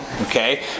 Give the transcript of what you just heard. okay